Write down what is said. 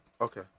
Okay